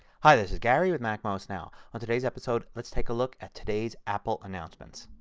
hi this is gary with macmost now. on today's episode let's take a look at today's apple announcements.